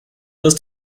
wirst